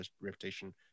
reputation